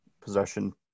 possession